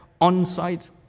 on-site